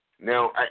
Now